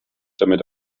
damit